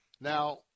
Now